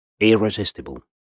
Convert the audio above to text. irresistible